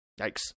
Yikes